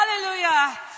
Hallelujah